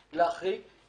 להחריג,